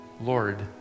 Lord